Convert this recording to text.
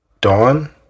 Dawn